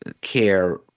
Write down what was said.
care